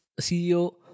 CEO